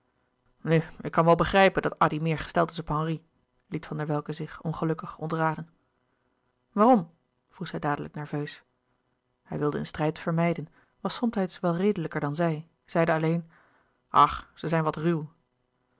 nu ik kan wel begrijpen dat addy meer gesteld is op henri liet van der welcke zich ongelukkig ontraden waarom vroeg zij dadelijk nerveus hij wilde een strijd vermijden was somtijds wel redelijker dan zij zeide alleen ach ze zijn wat ruw